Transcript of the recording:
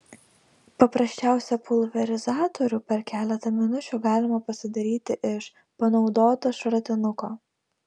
paprasčiausią pulverizatorių per keletą minučių galima pasidaryti iš panaudoto šratinuko